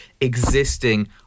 existing